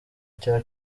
cya